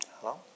hello